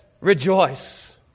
Rejoice